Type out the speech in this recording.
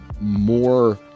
more